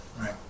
Right